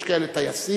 יש כאלה טייסים,